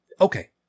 Okay